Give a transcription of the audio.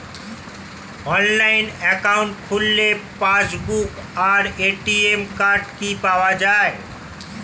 Online account খুললে passbook আর ATM card কি পাওয়া যায়?